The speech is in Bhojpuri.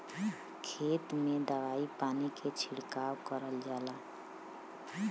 खेत में दवाई पानी के छिड़काव करल जाला